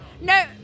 No